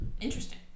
Interesting